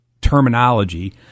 terminology